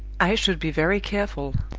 i should be very careful,